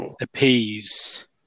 appease